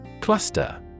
Cluster